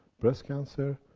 breast cancer.